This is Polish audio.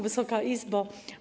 Wysoka Izbo!